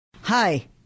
Hi